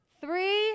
three